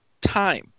time